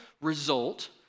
result